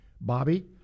Bobby